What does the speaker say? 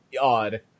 odd